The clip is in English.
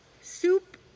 soup